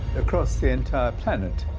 across the entire planet,